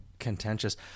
contentious